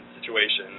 situation